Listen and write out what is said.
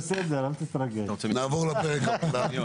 נעבור לפרק הבא.